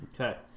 Okay